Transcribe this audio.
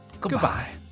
Goodbye